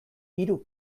hiru